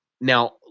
Now